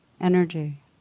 energy